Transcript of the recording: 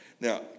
Now